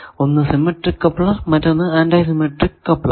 ഒന്ന് symmetric coupler മറ്റൊന്ന് anti symmetric coupler